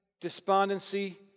despondency